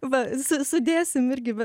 va su sudėsim irgi va